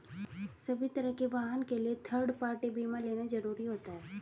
सभी तरह के वाहन के लिए थर्ड पार्टी बीमा लेना जरुरी होता है